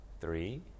three